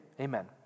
Amen